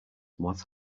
what